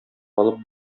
алып